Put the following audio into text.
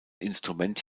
instrument